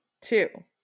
Two